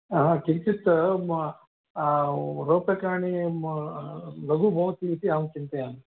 किञ्चित् रूप्यकाणि लघु भवति इति अहं चिन्तयामि